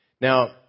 Now